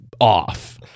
off